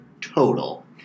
total